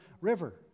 river